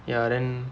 ya then